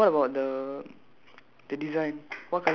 uh what about the